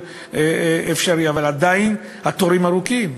אבל עדיין התורים ארוכים.